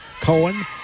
Cohen